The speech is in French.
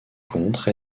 contre